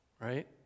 right